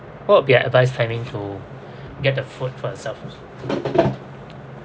what would be advice timing to get the food for itself